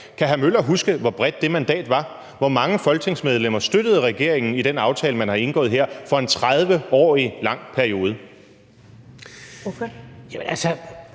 Kan hr. Henrik Møller huske, hvor bredt det mandat var? Hvor mange folketingsmedlemmer støttede regeringen i den aftale, man har indgået her, for en 30 år lang periode?